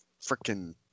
freaking